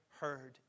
heard